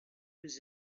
was